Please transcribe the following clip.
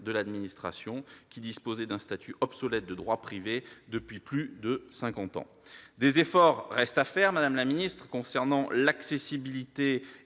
de l'administration, qui disposaient d'un statut obsolète de droit privé depuis plus de cinquante ans ! Des efforts restent à faire, madame la ministre, concernant l'accessibilité